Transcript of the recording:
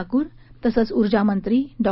ठाकूर तसंच ऊर्जामंत्री डॉ